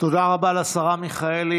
תודה רבה לשרה מיכאלי.